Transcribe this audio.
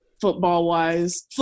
Football-wise